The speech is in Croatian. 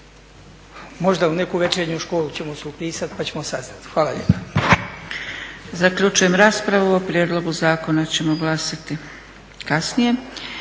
Možda u neku večernju školu ćemo se upisati pa ćemo saznati. Hvala lijepa.